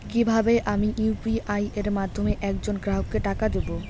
কিভাবে আমি ইউ.পি.আই এর মাধ্যমে এক জন গ্রাহককে টাকা দেবো?